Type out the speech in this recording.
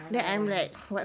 I know I know I know